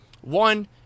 One